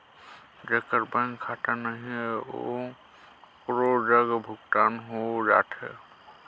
जेकर बैंक खाता नहीं है ओकरो जग भुगतान हो जाथे?